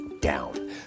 down